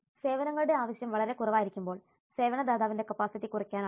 സേവനങ്ങളുടെ ആവശ്യം വളരെ കുറവായിരിക്കുമ്പോൾ സേവന ദാതാവിന്റെ കപ്പാസിറ്റി കുറയ്ക്കാനാകും